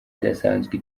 idasanzwe